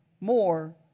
more